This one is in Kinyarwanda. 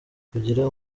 kigira